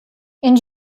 and